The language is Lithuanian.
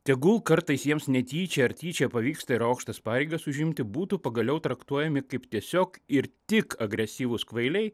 tegul kartais jiems netyčia ar tyčia pavyksta ir aukštas pareigas užimti būtų pagaliau traktuojami kaip tiesiog ir tik agresyvūs kvailiai